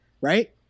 right